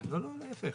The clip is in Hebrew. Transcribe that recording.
לא, להפך.